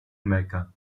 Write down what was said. mecca